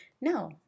no